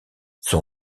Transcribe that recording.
son